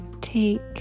take